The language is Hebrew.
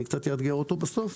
שקצת אאתגר אותו בסוף,